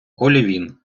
олівін